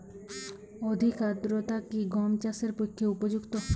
অধিক আর্দ্রতা কি গম চাষের পক্ষে উপযুক্ত?